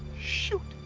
shoot.